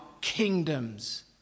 kingdoms